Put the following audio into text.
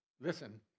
listen